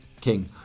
King